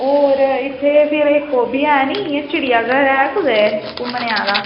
होर इत्थै फेर इक ओह् बी है नी चिड़ियाघर ऐ कुतै घूमने आह्ला